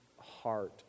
heart